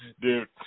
dude